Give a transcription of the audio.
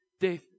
death